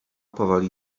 powoli